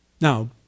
Now